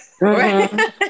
Right